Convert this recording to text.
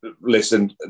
Listen